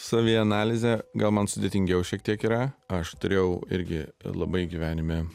savianalize gal man sudėtingiau šiek tiek yra aš turėjau irgi labai gyvenime